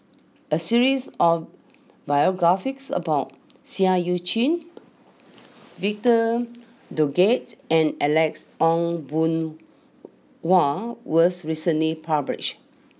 a series of about Seah Eu Chin Victor Doggett and Alex Ong Boon Hau was recently published